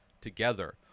together